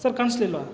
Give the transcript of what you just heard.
sir ಕಾಣಿಸ್ಲಿಲ್ವಾ